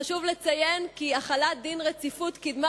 חשוב לציין כי החלת דין הרציפות קידמה